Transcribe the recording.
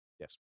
Yes